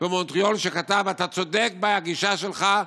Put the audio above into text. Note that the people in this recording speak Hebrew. במונטריאול שכתב: אתה צודק בגישה שלך,